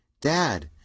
Dad